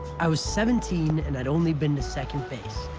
i was seventeen, and i'd only been to second base,